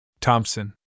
Thompson